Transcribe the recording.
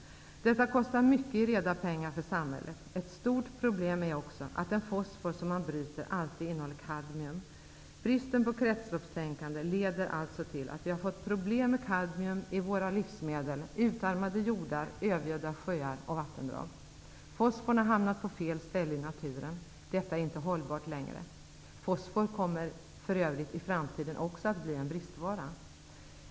Detta kostar mycket i reda pengar för samhället. Ett stort problem är också att den fosfor som man bryter alltid innehåller kadmium. Bristen på kretsloppstänkande leder alltså till att vi har fått problem med kadmium i våra livsmedel, med utarmade jordar samt med övergödda sjöar och vattendrag. Fosforn har hamnat på fel ställe i naturen. Detta är inte hållbart längre. Fosfor kommer för övrigt också att bli en bristvara i framtiden.